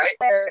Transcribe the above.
right